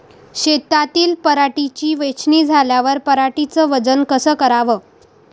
शेतातील पराटीची वेचनी झाल्यावर पराटीचं वजन कस कराव?